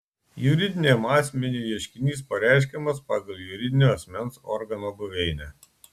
juridiniam asmeniui ieškinys pareiškiamas pagal juridinio asmens organo buveinę